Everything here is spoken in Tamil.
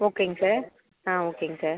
ஓகேங்க சார் ஆ ஓகேங்க சார்